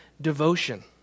devotion